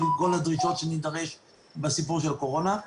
כל הדרישות שנדרש בסיפור של הקורונה.